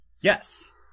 Yes